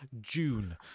June